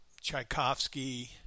Tchaikovsky